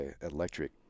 electric